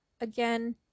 Again